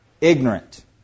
ignorant